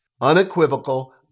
unequivocal